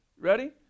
Ready